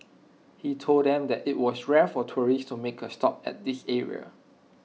he told them that IT was rare for tourists to make A stop at this area